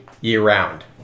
year-round